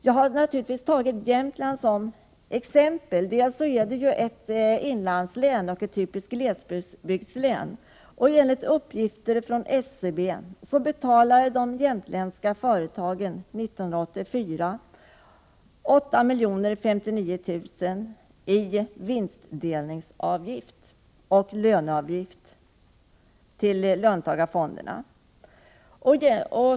Jag har naturligtvis tagit Jämtland som exempel. Jämtland är ett inlandslän, och det är ett typiskt glesbygdslän. Enligt uppgifter från SCB betalade de jämtländska företagen drygt 8 milj.kr. i vinstdelningsavgifter och löneavgifter för 1984.